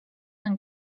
amb